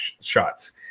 shots